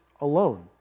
alone